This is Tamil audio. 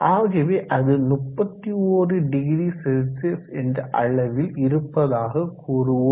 ஆகவே அது 310C என்ற அளவில் இருப்பதாக கூறுவோம்